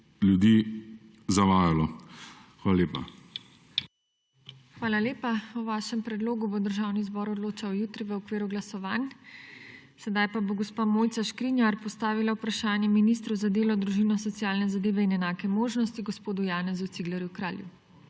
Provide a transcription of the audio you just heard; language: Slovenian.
ljudi zavajalo. Hvala lepa.